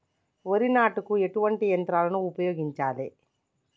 వరి నాటుకు ఎటువంటి యంత్రాలను ఉపయోగించాలే?